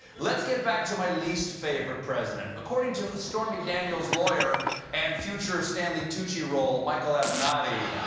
let's get back to my least favorite president. according to stormy daniels' lawyer and future stanley tucci role, michael avenatti,